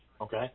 okay